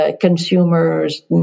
consumers